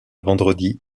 vendredi